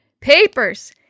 Papers